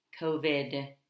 COVID